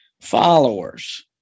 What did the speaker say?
followers